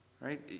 Right